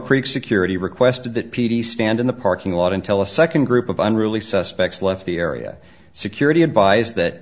creek security requested that p d stand in the parking lot and tell a second group of unruly suspects left the area security advised that